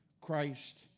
Christ